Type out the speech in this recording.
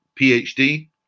PhD